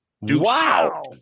Wow